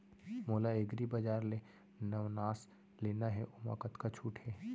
मोला एग्रीबजार ले नवनास लेना हे ओमा कतका छूट हे?